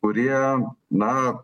kurie na